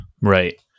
Right